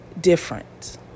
different